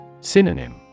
Synonym